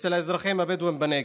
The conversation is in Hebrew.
אצל האזרחים הבדואים בנגב: